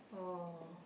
oh